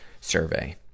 survey